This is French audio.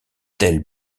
tel